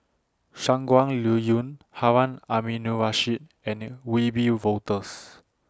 Shangguan Liuyun Harun Aminurrashid and Wiebe Wolters